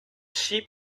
sheep